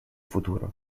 futuro